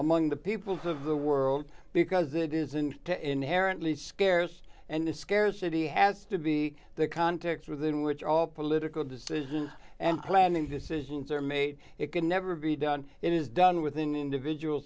among the peoples of the world because it isn't inherently scarce and the scarcity has to be the context within which all political decisions and planning decisions are made it can never be done it is done within individual